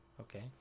Okay